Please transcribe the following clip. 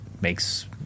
makes